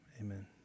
amen